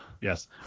Yes